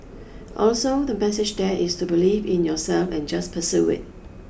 also the message there is to believe in yourself and just pursue it